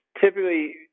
Typically